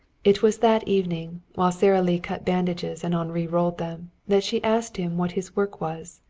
it was that evening, while sara lee cut bandages and henri rolled them, that she asked him what his work was.